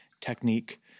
technique